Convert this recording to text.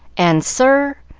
and, sir,